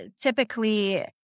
typically